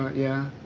ah yeah.